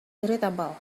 irritable